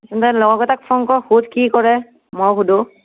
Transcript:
দে লগৰ কেইটাক ফোন কৰ সোধ কি কৰে ময়ো সোধোঁ